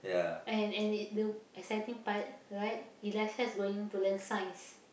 and and it the exciting part right Elisha is going to learn science